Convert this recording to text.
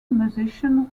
musician